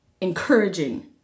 encouraging